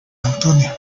antonio